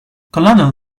colonel